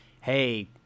hey